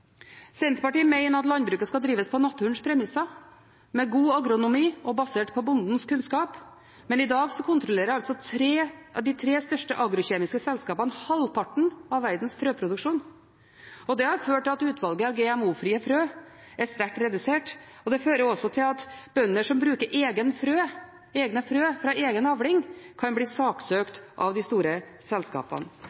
Senterpartiet mener at landbruket skal drives på naturens premisser, med god agronomi og basert på bondens kunnskap, men i dag kontrollerer altså de tre største agrokjemiske selskapene halvparten av verdens frøproduksjon. Det har ført til at utvalget av GMO-frie frø er sterkt redusert, og det fører også til at bønder som bruker egne frø, fra egen avling, kan bli saksøkt av de store selskapene.